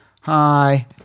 hi